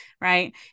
Right